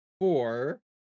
Four